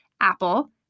apple